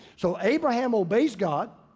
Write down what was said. so, abraham obeys god,